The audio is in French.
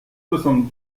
soixante